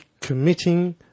committing